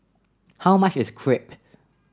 how much is Crepe